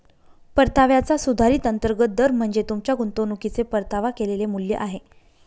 परताव्याचा सुधारित अंतर्गत दर म्हणजे तुमच्या गुंतवणुकीचे परतावा केलेले मूल्य आहे